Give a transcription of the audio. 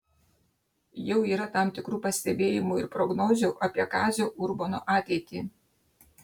jau yra tam tikrų pastebėjimų ir prognozių apie kazio urbono ateitį